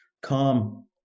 Calm